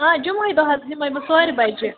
آ جُمہٕے دۄہ حظ یِمَے بہٕ ژورِ بَجہِ